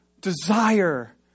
desire